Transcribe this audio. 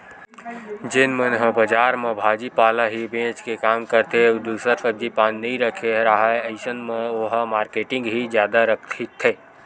जेन मन ह बजार म भाजी पाला ही बेंच के काम करथे अउ दूसर सब्जी पान नइ रखे राहय अइसन म ओहा मारकेटिंग ही जादा रहिथे